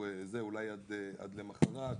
משהו, אולי עד למוחרת.